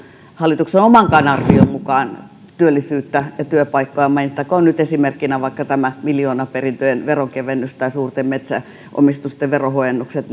hallituksen omankaan arvion mukaan työllisyyttä ja työpaikkoja mainittakoon nyt esimerkkinä vaikka tämä miljoonaperintöjen veronkevennys tai suurten metsäomistusten verohuojennukset